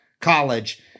college